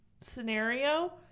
scenario